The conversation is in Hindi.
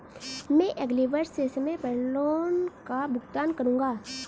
मैं अगले वर्ष से समय पर लोन का भुगतान करूंगा